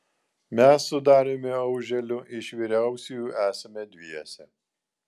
mes su dariumi auželiu iš vyriausiųjų esame dviese